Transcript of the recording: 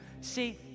See